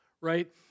right